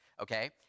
okay